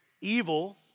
evil